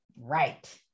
Right